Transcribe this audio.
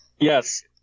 yes